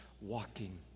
walking